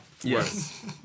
Yes